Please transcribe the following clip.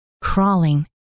crawling